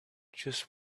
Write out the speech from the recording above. just